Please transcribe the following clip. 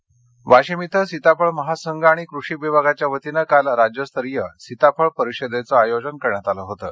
सीताफळ परिषद वाशिम वाशिम ॐ सीताफळ महासंघ आणि कृषी विभागाच्या वतीनं काल राज्यस्तरीय सीताफळ परिषदेच आयोजन करण्यात आल होतं